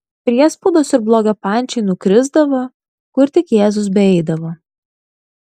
priespaudos ir blogio pančiai nukrisdavo kur tik jėzus beeidavo